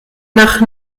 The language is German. nach